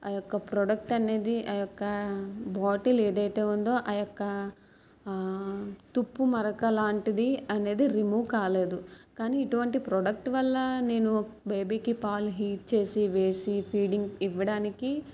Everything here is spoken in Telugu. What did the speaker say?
ఆ యొక్క ప్రోడక్ట్ అనేది ఆ యొక్క బాటిల్ ఏదైతే ఉందో ఆ యొక్క తుప్పు మరకలాంటిది అనేది రిమూవ్ కాలేదు కానీ ఇటువంటి ప్రోడక్ట్ వల్ల నేను బేబీకి పాలు హీట్ చేసి వేసి ఫీడింగ్ ఇవ్వడానికి